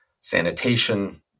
sanitation